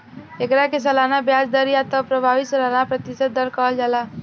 एकरा के सालाना ब्याज दर या त प्रभावी सालाना प्रतिशत दर कहल जाला